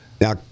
Now